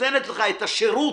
נותנת לך את השרות,